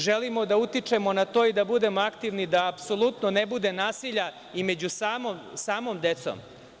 Želimo da utičemo na to i da budemo aktivni da apsolutno ne bude nasilja i među samom decom.